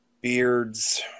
Beards